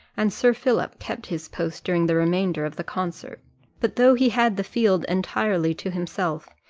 and sir philip kept his post during the remainder of the concert but, though he had the field entirely to himself,